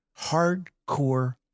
hardcore